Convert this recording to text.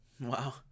Wow